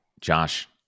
Josh